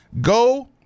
Go